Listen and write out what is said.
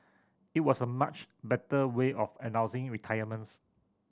it was a much better way of announcing retirements